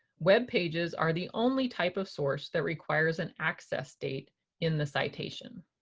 web pages are the only type of source that requires an access date in the citation.